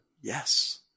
Yes